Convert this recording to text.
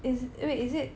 is wait is it